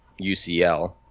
ucl